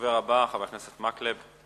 הדובר הבא, חבר הכנסת אורי מקלב,